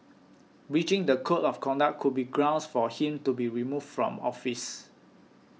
breaching the code of conduct could be grounds for him to be removed from office